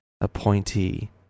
appointee